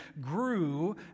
grew